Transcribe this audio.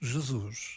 Jesus